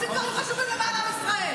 אנחנו עושים דברים חשובים למען עם ישראל.